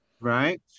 right